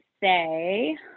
say